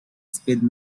speed